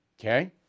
okay